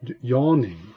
yawning